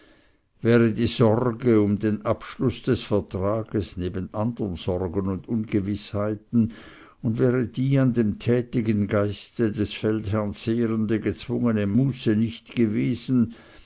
wäre die sorge um den abschluß des vertrags neben andern sorgen und ungewißheiten und wäre die an dem tätigen geiste des feldherrn zehrende gezwungene muße nicht gewesen